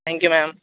thank you ma'am